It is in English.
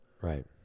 Right